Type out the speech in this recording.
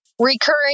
recurring